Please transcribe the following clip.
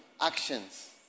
actions